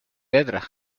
letra